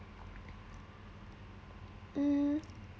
mm